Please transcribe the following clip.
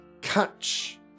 Catch